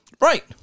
Right